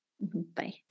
bye